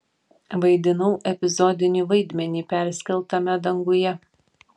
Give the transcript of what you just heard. vaidinau epizodinį vaidmenį perskeltame danguje